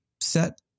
set